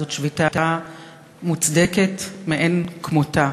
זאת שביתה מוצדקת מאין כמותה.